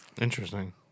interesting